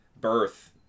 birth